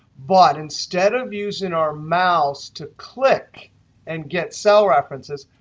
but instead of using our mouse to click and get cell references,